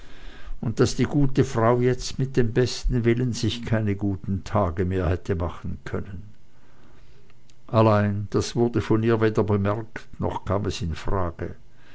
und daß die gute frau jetzt mit dem besten willen sich keine guten tage mehr hätte machen können allein das wurde von ihr weder bemerkt noch kam es in frage